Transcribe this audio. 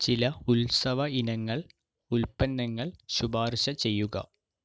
ചില ഉത്സവ ഇനങ്ങൾ ഉൽപ്പന്നങ്ങൾ ശുപാർശ ചെയ്യുക